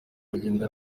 bagenda